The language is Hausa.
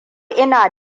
ina